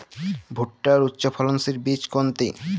ভূট্টার উচ্চফলনশীল বীজ কোনটি?